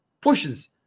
pushes